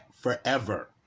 forever